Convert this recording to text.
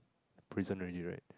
prison already right